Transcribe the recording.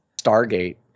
Stargate